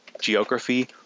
geography